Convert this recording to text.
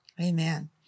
Amen